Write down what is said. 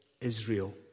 Israel